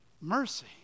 mercy